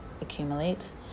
accumulates